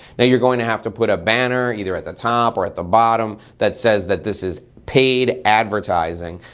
now you're going to have to put a banner either at the top or at the bottom that says that this is paid advertising,